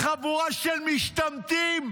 חבורה של משתמטים,